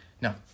No